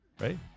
right